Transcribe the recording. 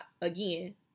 Again